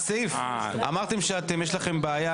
אמרתם שיש לכם בעיה